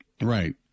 Right